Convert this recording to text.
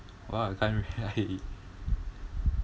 well I can't really like